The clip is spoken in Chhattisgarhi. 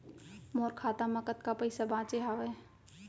मोर खाता मा कतका पइसा बांचे हवय?